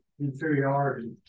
inferiority